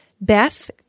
Beth